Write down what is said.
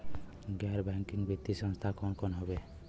गैर बैकिंग वित्तीय संस्थान कौन कौन हउवे?